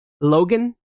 Logan